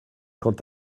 quant